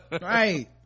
Right